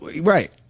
right